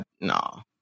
no